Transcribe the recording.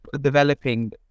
developing